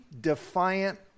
defiant